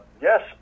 Yes